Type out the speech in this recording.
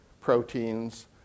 proteins